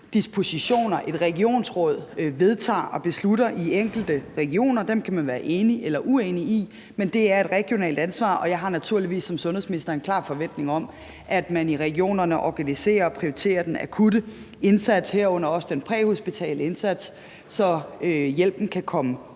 dispositioner et regionsråd vedtager og beslutter i de enkelte regioner. Dem kan man være enig i eller uenig i, men det er et regionalt ansvar, og jeg har naturligvis som sundhedsminister en klar forventning om, at man i regionerne organiserer og prioriterer den akutte indsats, herunder også den præhospitale indsats, så hjælpen kan komme